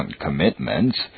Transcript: commitments